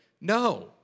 No